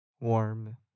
warm